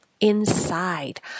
inside